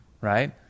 right